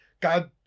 God